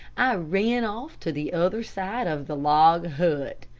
i ran off to the other side of the log hut.